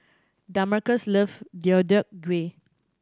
Damarcus loves Deodeok Gui